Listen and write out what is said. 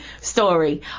story